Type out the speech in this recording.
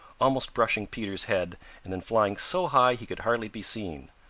almost brushing peter's head and then flying so high he could hardly be seen.